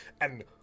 and-